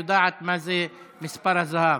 היא יודעת מה זה מספר הזהב.